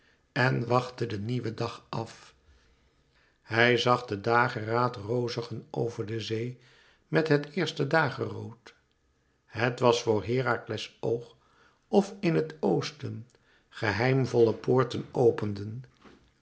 en wachtte den nieuwen dag af hij zag de dageraad rozigen over de zee met het eerste dagerood het was voor herakles oog of in het oosten geheimvolle poorten openden